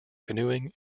canoeing